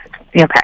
Okay